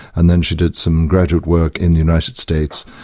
and then she did some graduate work in the united states,